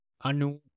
Anu